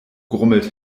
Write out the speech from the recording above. grummelt